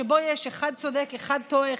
שבו יש אחד צודק אחד טועה,